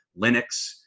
Linux